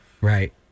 Right